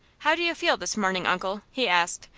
how do you feel this morning, uncle? he asked,